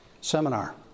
seminar